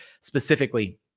specifically